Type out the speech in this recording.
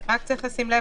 צריך לשים לב,